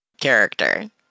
character